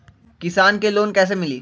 किसान के लोन कैसे मिली?